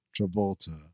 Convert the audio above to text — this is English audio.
Travolta